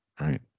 Right